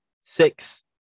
six